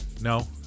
No